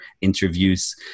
interviews